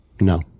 No